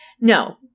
No